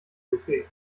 buffet